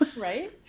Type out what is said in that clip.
right